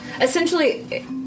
Essentially